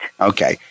okay